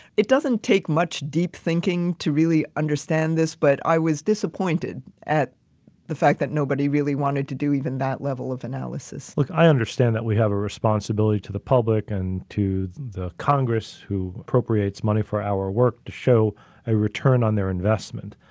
it doesn't take much deep thinking to really understand this, but i was disappointed at the fact that nobody really wanted to do even that level of analysis. look, i understand that we have a responsibility to the public and to the congress who appropriates money for our work to show a return on their investment.